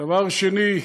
דבר שני,